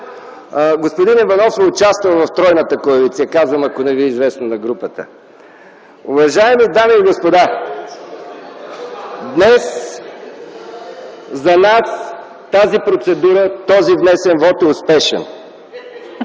Господин Иванов е участвал в тройната коалиция, казвам, ако не ви е известно на групата. Уважаеми дами и господа, днес за нас тази процедура, този внесен вот е успешен.